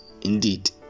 indeed